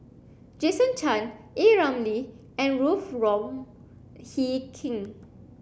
jason Chan A Ramli and Ruth Wong Hie King